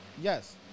Yes